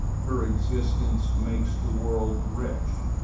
her existence makes the world rich.